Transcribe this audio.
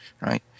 right